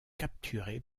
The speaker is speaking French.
capturé